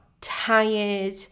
tired